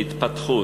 להתפתחות,